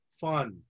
fun